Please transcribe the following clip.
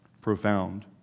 profound